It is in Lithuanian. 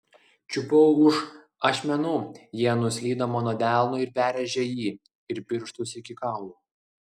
čiupau už ašmenų jie nuslydo mano delnu ir perrėžė jį ir pirštus iki kaulo